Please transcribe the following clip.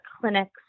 clinics